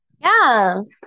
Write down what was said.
Yes